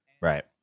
Right